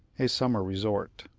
a summer resort.